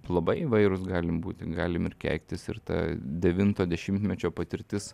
labai įvairūs galim būti galim ir keiktis ir ta devinto dešimtmečio patirtis